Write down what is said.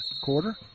quarter